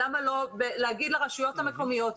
למה לא להגיד לרשויות המקומיות,